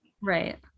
Right